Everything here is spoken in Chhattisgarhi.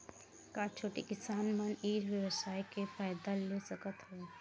का छोटे किसान मन ई व्यवसाय के फ़ायदा ले सकत हवय?